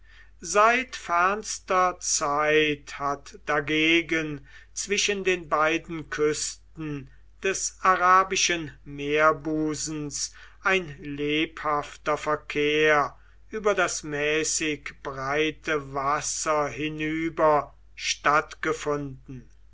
seit fernster zeit hat dagegen zwischen den beiden küsten des arabischen meerbusens ein lebhafter verkehr über das mäßig breite wasser hinüber stattgefunden